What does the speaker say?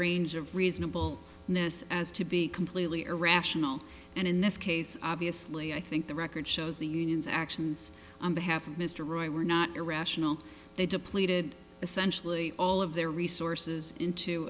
range of reasonable notice as to be completely irrational and in this case obviously i think the record shows the unions actions on behalf of mr right were not irrational they depleted essentially all of their resources into